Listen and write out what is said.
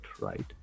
right